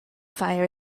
fire